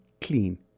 clean